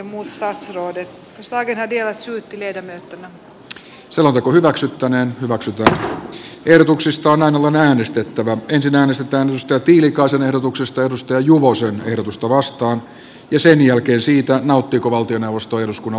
kuultuaan hallituksen vastauksen eduskunta toteaa että kataisen hallitus on epäonnistunut turvaamaan perustuslaissa taatut yhdenvertaiset sosiaali ja terveyspalvelut kuntalaisille